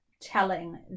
telling